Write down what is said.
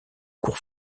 cours